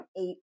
eight